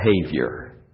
behavior